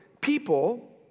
people